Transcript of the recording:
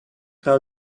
how